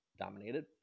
dominated